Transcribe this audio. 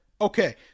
okay